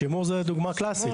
שימור זו דוגמא קלאסית.